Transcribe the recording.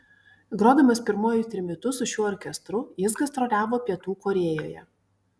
grodamas pirmuoju trimitu su šiuo orkestru jis gastroliavo pietų korėjoje